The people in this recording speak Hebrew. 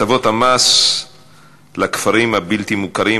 אנחנו עוברים לנושא האחרון בסדר-היום: הטבות המס בכפרים הבלתי-מוכרים,